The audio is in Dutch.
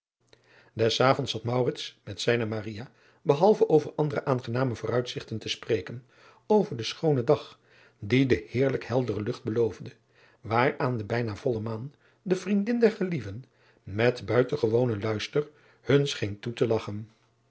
es avonds zat met zijne behalve over andere aangename vooruitzigten te spreken over den schoonen dag dien de heerlijk heldere lucht beloofde waaraan de bijna volle maan de vriendin der gelieven met buitengewonen luister hun scheen toe te lagchen